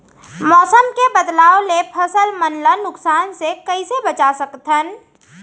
मौसम के बदलाव ले फसल मन ला नुकसान से कइसे बचा सकथन?